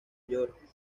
york